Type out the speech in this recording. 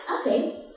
Okay